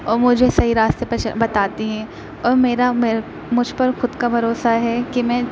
اور مجھے صحیح راستے پر بتاتے ہیں اور میرا مجھ پر خود کا بھروسہ ہے کہ میں